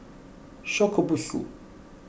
Shokubutsu